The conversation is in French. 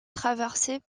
traversée